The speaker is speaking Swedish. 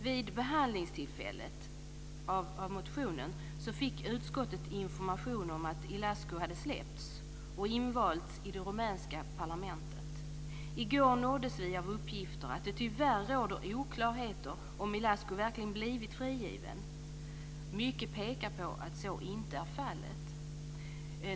Vid det tillfälle då motionen behandlades fick utskottet information om att Ilascu hade släppts och invalts i det rumänska parlamentet. I går nåddes vi av uppgifter om att det tyvärr råder oklarhet om Ilascu verkligen har blivit frigiven. Mycket pekar på att så inte är fallet.